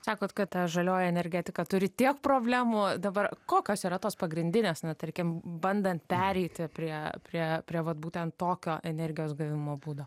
sakot kad ta žalioji energetika turi tiek problemų dabar kokios yra tos pagrindinės na tarkim bandant pereiti prie prie prie vat būtent tokio energijos gavimo būdo